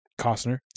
Costner